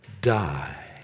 die